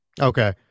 Okay